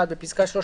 (1)בפסקה (3),